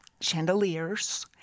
chandeliers